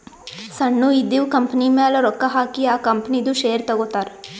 ಸಣ್ಣು ಇದ್ದಿವ್ ಕಂಪನಿಮ್ಯಾಲ ರೊಕ್ಕಾ ಹಾಕಿ ಆ ಕಂಪನಿದು ಶೇರ್ ತಗೋತಾರ್